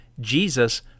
Jesus